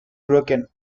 broken